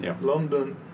London